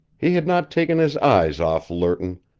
he had not taken his eyes off lerton,